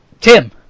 Tim